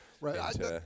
Right